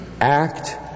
act